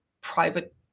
private